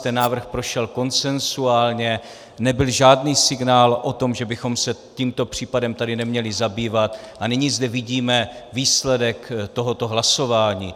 Ten návrh prošel konsenzuálně, nebyl žádný signál o tom, že bychom se tímto případem tady neměli zabývat a nyní zde vidíme výsledek tohoto hlasování.